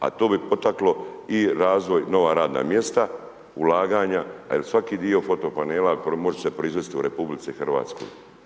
a to bi potaklo i razvoj, nova radna mjesta, ulaganja, a jel svaki dio fotopanela može se proizvest u RH i to